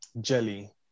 jelly